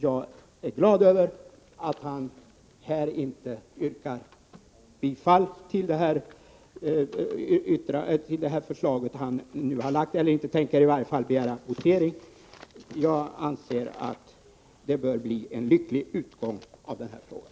Jag är glad över att Tore Nilsson inte tänker begära votering med anledning av det förslag som han framlagt. Jag anser att det bör bli en lycklig utgång av frågan.